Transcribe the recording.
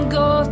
go